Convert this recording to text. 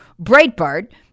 Breitbart